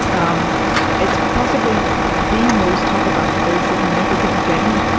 um it's possibly the most topographically significant thing.